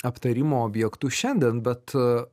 aptarimo objektu šiandien bet